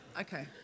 Okay